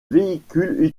véhicule